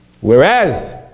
Whereas